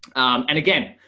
and again,